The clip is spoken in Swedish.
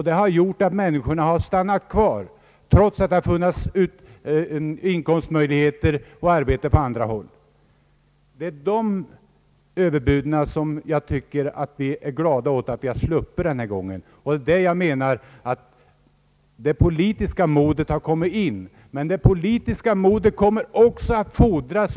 Det har gjort att folk har stannat kvar i bygden trots att det har funnits arbete och inkomstmöjligheter på annat håll. Det är sådana överbud som vi är glada att slippa den här gången. Det är här som det politiska modet kommer in, men det krävs också att både centerpartiet och folkpartiet visar ett sådant politiskt mod. Herr Strandberg var också inne på den frågan.